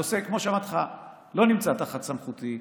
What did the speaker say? הנושא, כמו שאמרתי לך, לא נמצא תחת סמכותי.